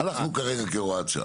הלכנו כרגע כהוראת שעה,